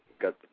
got